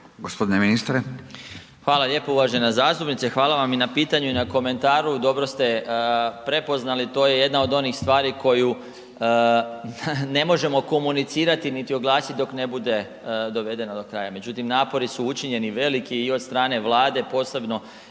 **Marić, Zdravko** Hvala lijepo uvažena zastupnice, hvala vam i na pitanju i na komentaru, dobro ste prepoznali, to je jedna od onih stvari koju ne možemo komunicirat niti oglasit dok ne bude dovedena do kraja međutim, napori su učinjeni veliki i od strane Vlade, posebno